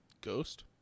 Ghost